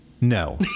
No